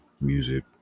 music